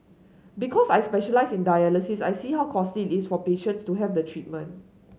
because I specialise in dialysis I see how costly is for patients to have the treatment